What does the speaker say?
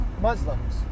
Muslims